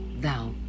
Thou